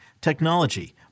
technology